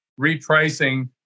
repricing